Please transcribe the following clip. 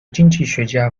经济学家